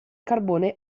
carbone